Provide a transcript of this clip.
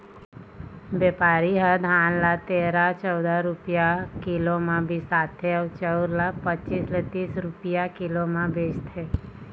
बेपारी ह धान ल तेरा, चउदा रूपिया किलो म बिसाथे अउ चउर ल पचीस ले तीस रूपिया किलो म बेचथे